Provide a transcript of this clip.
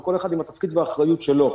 וכל אחד עם התפקיד והאחריות שלו.